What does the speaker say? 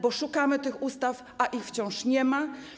Bo szukamy tych ustaw, a ich wciąż nie ma.